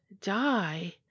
die